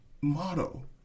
motto